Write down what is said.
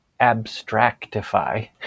abstractify